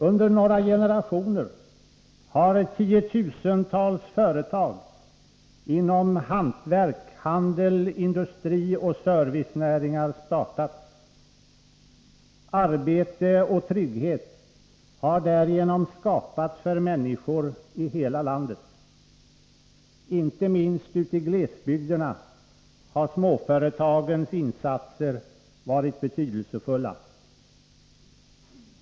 Under några generationer har tiotusentals företag inom hantverk, handel, industri och servicenäringar startats. Arbete och trygghet har därigenom skapats för människor i hela landet. Inte minst ute i glesbygderna har småföretagens insatser varit betydelsefulla.